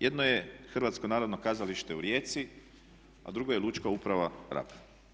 Jedno je Hrvatsko narodno kazalište u Rijeci a drugo je Lučka uprava Rab.